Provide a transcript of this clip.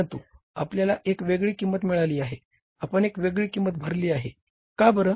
परंतु आपल्याला एक वेगळी किंमत मिळाली आहे आपण एक वेगळी किंमत भरली आहे का बर